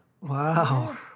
Wow